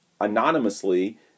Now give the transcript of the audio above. anonymously